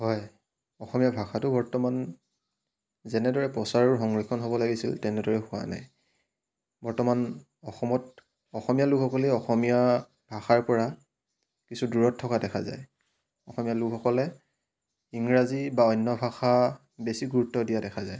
হয় অসমীয়া ভাষাটো বৰ্তমান যেনেদৰে প্ৰচাৰ আৰু সংৰক্ষণ হ'ব লাগিছিল তেনেদৰে হোৱা নাই বৰ্তমান অসমত অসমীয়া লোকসকলেই অসমীয়া ভাষাৰ পৰা কিছু দূৰত থকা দেখা যায় অসমীয়া লোকসকলে ইংৰাজী বা অন্য ভাষা বেছি গুৰুত্ব দিয়া দেখা যায়